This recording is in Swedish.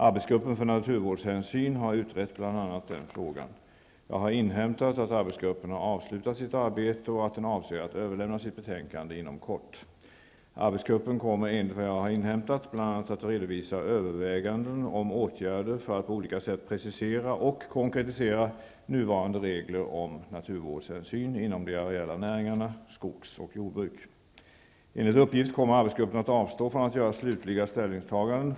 Arbetsgruppen för naturvårdshänsyn har utrett bl.a. den frågan. Jag har inhämtat att arbetsgruppen har avslutat sitt arbete och att den avser att överlämna sitt betänkande inom kort. Arbetsgruppen kommer enligt vad jag har inhämtat bl.a. att redovisa överväganden om åtgärder för att på olika sätt precisera och konkretisera nuvarande regler om naturvårdshänsyn inom de areella näringarna skogs och jordbruk. Enligt uppgift kommer arbetsgruppen att avstå från att göra slutliga ställningstaganden.